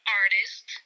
artist